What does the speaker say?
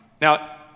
Now